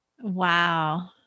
Wow